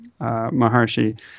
Maharshi